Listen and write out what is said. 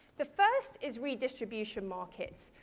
the first is redistribution markets.